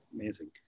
Amazing